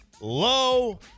low